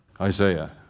Isaiah